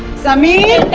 sameer,